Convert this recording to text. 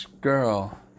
girl